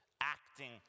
acting